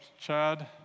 Chad